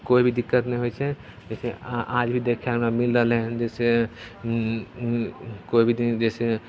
कोइ भी दिक्कत नहि होइ छै जइसे आज भी देखैले मिलि रहलै हँ जइसे कोइ भी दिन जइसे